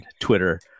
Twitter